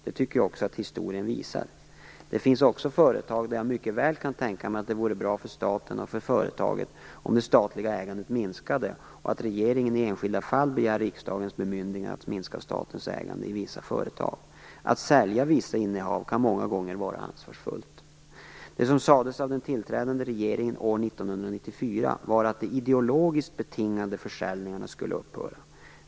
Det tycker jag också att historien visar. Det finns företag där jag mycket väl kan tänka mig att det vore bra för staten och för företaget att det statliga ägandet minskade, och regeringen kunde i enskilda fall begära riksdagens bemyndigande att minska statens ägande i vissa företag. Att sälja vissa innehav kan många gånger vara ansvarsfullt. 1994 var att de ideologiskt betingade försäljningarna skulle upphöra.